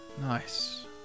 Nice